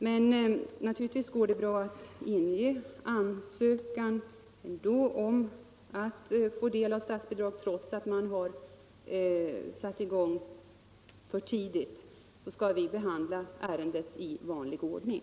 Men det går naturligtvis att inge ansökan om att få del av statsbidraget trots att man satt i gång för tidigt. Vi skall då behandla ärendet i vanlig ordning.